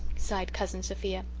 sighed cousin sophia.